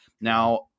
Now